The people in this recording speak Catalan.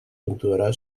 puntuarà